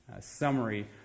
summary